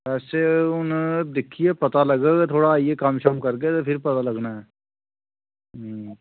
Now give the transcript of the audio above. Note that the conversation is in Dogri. ते बस हून दिक्खियै गै पता लग्गग थोह्ड़ा आइयै कम्म शम्म करगे ते फिर पता लग्गना ऐ